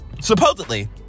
Supposedly